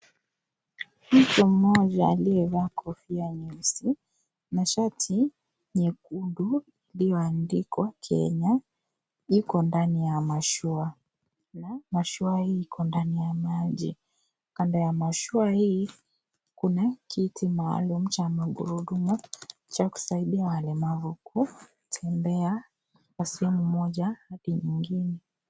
Mtu mmoja aliyevaa kofia nyeusi na shati nyekundu iliyoandikwa Kenya yuko ndani ya mashua na mashua iko ndani ya maji. Kando ya mashua hii kuna kiti maalum cha magurudumu cha kusaidia walemavu kutembea kwa sehemu moja hadi nyingine.